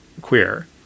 queer